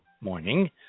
morning